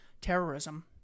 terrorism